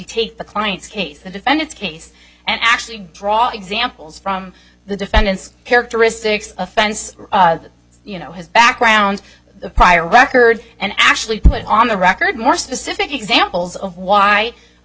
take the client's case and defend its case and actually draw examples from the defendant's characteristics offense you know his background prior record and actually put on the record more specific examples of why a